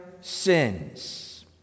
sins